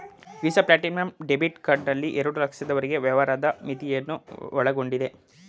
visa platinum debit card ನಲ್ಲಿ ಎರಡು ಲಕ್ಷದವರೆಗೆ ವ್ಯವಹಾರದ ಮಿತಿಯನ್ನು ಒಳಗೊಂಡಿದೆ